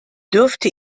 dürfte